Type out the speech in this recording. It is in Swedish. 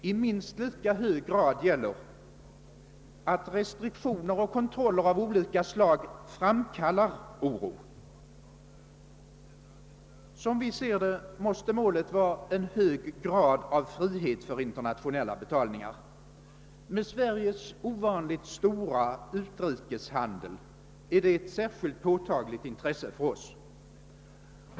I minst lika hög grad gäller att orsaksförhållandet är det motsatta, d.v.s. att restriktioner och kontroller av olika slag framkallar oro. Som vi ser det måste målet vara en hög grad av frihet för internationella betalningar. Med Sveriges ovanligt stora utrikeshandel är detta ett särskilt påtagligt intresse.